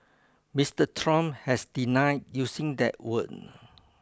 Mister Trump has denied using that word